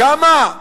כמה?